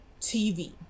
TV